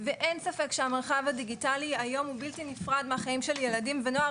אין ספק שהמרחב הדיגיטלי היום הוא בלתי נפרד מהחיים של ילדים ונוער,